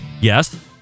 Yes